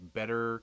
better